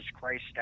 Christ